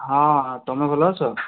ହଁ ହଁ ତମେ ଭଲ ଅଛ